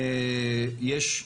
יש,